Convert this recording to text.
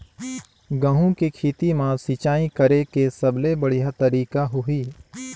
गंहू के खेती मां सिंचाई करेके सबले बढ़िया तरीका होही?